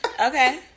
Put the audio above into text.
Okay